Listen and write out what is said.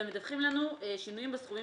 והם מדווחים לנו על שינויים בסכומים